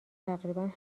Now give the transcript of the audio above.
تقریبا